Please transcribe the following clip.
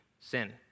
sin